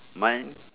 mine